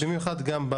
במיוחד גם,